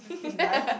deny